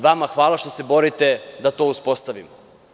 Vama hvala što se borite da to uspostavimo.